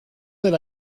del